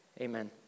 Amen